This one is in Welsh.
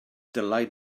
dylai